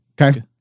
Okay